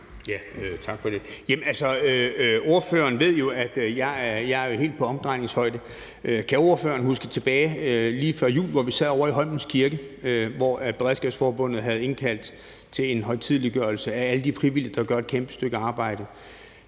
(V): Tak for det. Ordføreren ved jo, at jeg er helt på omdrejningshøjde. Kan ordføreren huske tilbage til lige før jul, hvor vi sad ovre i Holmens Kirke, hvor Beredskabsforbundet havde indkaldt til en højtideligholdelse af alle de frivillige, der gør et kæmpe stykke arbejde?